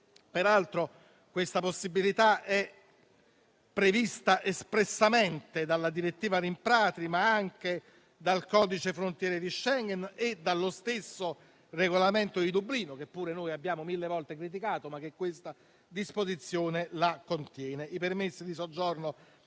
Peraltro, questa possibilità è prevista espressamente dalla direttiva rimpatri, ma anche dal codice frontiere Schengen e dallo stesso regolamento di Dublino, che pure noi abbiamo mille volte criticato, ma che questa disposizione contiene.